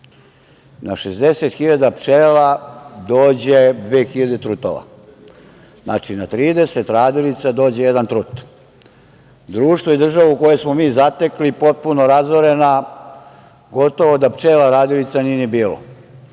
Na 60 hiljada pčela dođe dve hiljade trutova. Znači, na 30 radilica dođe jedan trut. Društvo i državu koju smo mi zatekli potpuno razorena gotovo da pčela radilica nije ni bilo,